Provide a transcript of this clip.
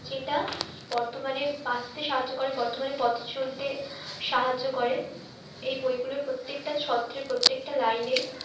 যেটা বর্তমানে বাঁচতে সাহায্য করে বর্তমানে পথ চলতে সাহায্য করে এই বইগুলোর প্রত্যেকটা ছত্রে প্রত্যেকটা লাইনে